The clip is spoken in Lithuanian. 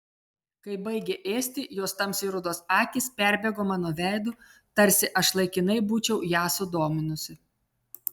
kai baigė ėsti jos tamsiai rudos akys perbėgo mano veidu tarsi aš laikinai būčiau ją sudominusi